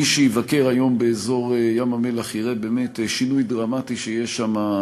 מי שיבקר היום באזור ים-המלח יראה באמת שינוי דרמטי שיש שם,